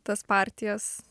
tas partijas